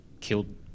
killed